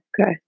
Okay